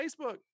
Facebook